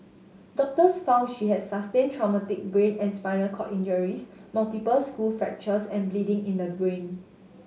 doctors found she had sustained traumatic brain and spinal cord injuries multiple skull fractures and bleeding in the brain